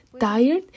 tired